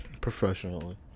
professionally